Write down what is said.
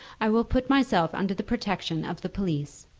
i will put myself under the protection of the police.